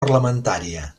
parlamentària